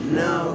no